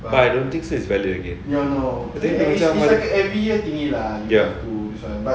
but I don't think so it's valid again ya